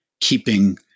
keeping